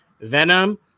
venom